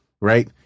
right